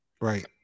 Right